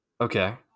Okay